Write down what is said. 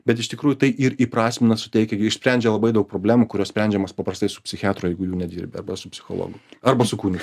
bet iš tikrųjų tai ir įprasmina suteikia išsprendžia labai daug problemų kurios sprendžiamos paprastai su psichiatro jeigu jau nedirbi arba su psichologu arba su kunigu